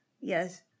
Yes